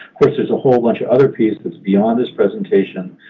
course, there's a whole bunch of other pieces beyond this presentation.